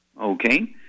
Okay